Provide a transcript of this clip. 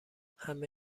همه